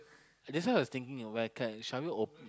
that's why I was thinking where can shall we open